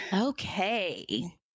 Okay